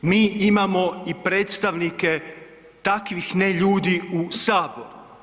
Mi imamo i predstavnike i takvih ne ljudi u saboru.